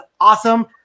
awesome